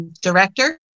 director